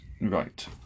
right